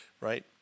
right